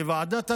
לוועדת התכנון,